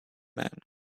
man